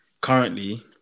Currently